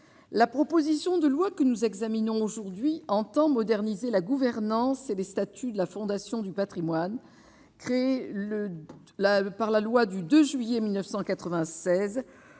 La proposition de loi que nous examinons aujourd'hui entend moderniser la gouvernance et des statuts de la Fondation du Patrimoine créée le la, par la loi du 2 juillet 1009.